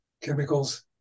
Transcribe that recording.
chemicals